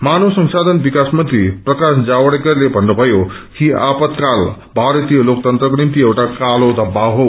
मानव संशाधन विकास मन्त्री प्रकाश जावड़ेकरले भन्नभयो कि आपतकाल भारतीय लोकतन्त्रको निम्ति एउटा कालो धव्या स्रो